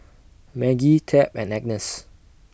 Maggie Tab and Agness